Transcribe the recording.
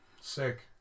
Sick